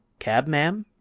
cab, ma'am?